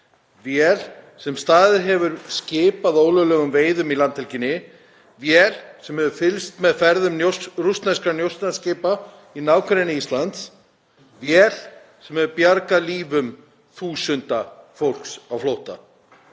vél sem staðið hefur skip að ólöglegum veiðum í landhelginni, vél sem hefur fylgst með ferðum rússneskra njósnaskipa í nágrenni Íslands, vél sem hefur bjargað lífum þúsunda fólks á flótta.